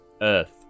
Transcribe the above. earth